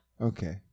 Okay